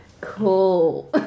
Cool